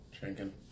Drinking